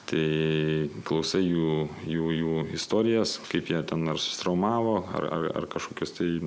tai klausai jų jų jų istorijas kaip jie ten ar susitraumavo ar ar kažkokius tai